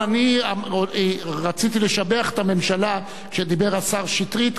אני רציתי לשבח את הממשלה כשדיבר השר שטרית כאן,